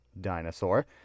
dinosaur